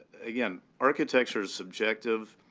again, architecture is subjective.